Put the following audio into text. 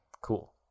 cool